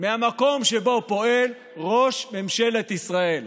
מהמקום שבו פועל ראש ממשלת ישראל,